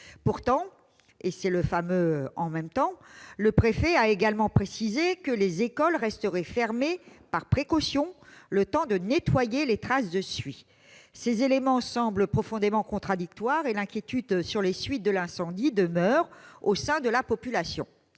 Pourtant- c'est le fameux « en même temps »-, le préfet a également précisé que les écoles resteraient fermées par précaution, le temps de nettoyer les traces de suie. Ces éléments semblent profondément contradictoires, et l'inquiétude relative aux suites de l'incendie demeure au sein de la population.